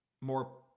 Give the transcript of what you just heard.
more